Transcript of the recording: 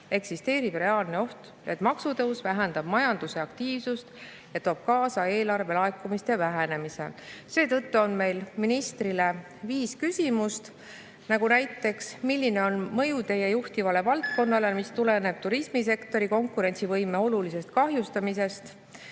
Eksisteerib reaalne oht, et maksutõus vähendab majanduse aktiivsust ja toob kaasa eelarvelaekumiste vähenemise. Seetõttu on meil ministrile viis küsimust. Näiteks, milline on mõju teie juhitavale valdkonnale, mis tuleneb turismisektori konkurentsivõime olulisest kahjustamisest?